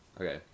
Okay